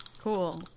Cool